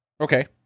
Okay